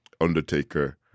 Undertaker